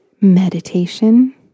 meditation